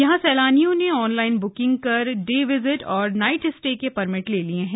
यहां सैलानियों ने ऑनलाइन ब्किंग कर डे विजिट और नाइट स्टे के परमिट ले लिए हैं